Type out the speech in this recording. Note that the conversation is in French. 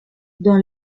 dans